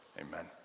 Amen